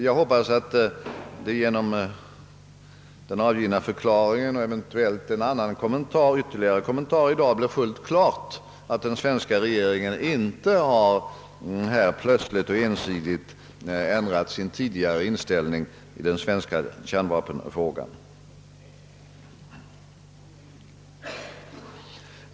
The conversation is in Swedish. Jag hoppas att det genom den avgivna förklaringen och eventuellt en ytterligare kommentar i dag blir fullt klart, att den svenska regeringen inte plötsligt och ensidigt har ändrat sin tidigare inställning i den svenska kärnvapenfrågan.